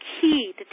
key